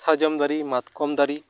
ᱥᱟᱨᱡᱚᱢ ᱫᱟᱨᱮ ᱢᱟᱛᱠᱚᱢ ᱫᱟᱨᱮ